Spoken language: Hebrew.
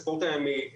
בספורט הימי.